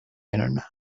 internet